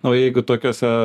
o jeigu tokiose